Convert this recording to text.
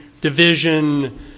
division